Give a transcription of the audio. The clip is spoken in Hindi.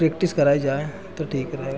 प्रेक्टिस कराई जाए तो ठीक रहेगा